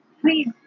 please